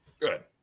good